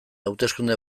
hauteskunde